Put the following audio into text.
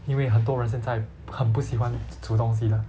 因为很多人现在很不喜欢煮东西了了了